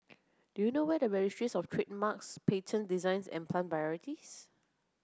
do you know where the Registries of Trademarks Patents Designs and Plant Varieties